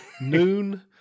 Noon